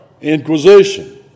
Inquisition